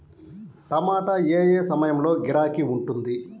టమాటా ఏ ఏ సమయంలో గిరాకీ ఉంటుంది?